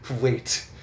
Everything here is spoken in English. Wait